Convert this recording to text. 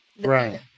Right